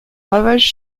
ravages